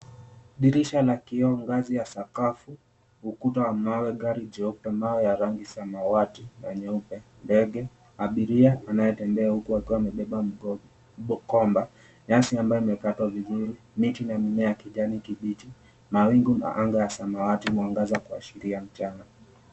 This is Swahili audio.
Dirisha la kioo, ngazi ya sakafu , ukuta wa mawe, gari jeupe, mawe ya rangi samawati na nyeupe, ndege, abiria anayetembea huku akiwa amebeba mkoba, nyasi ambayo imekatwa vizuri, miti na mimea ya kijani kibichi, mawingu na anga ya samawati, mwangaza kuashiria mchana.